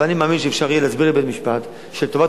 אבל אני מאמין שאפשר יהיה להסביר לבית-משפט שלטובת